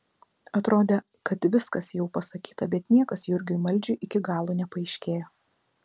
atrodė kad viskas jau pasakyta bet niekas jurgiui maldžiui iki galo nepaaiškėjo